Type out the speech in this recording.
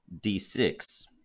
D6